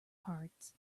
parts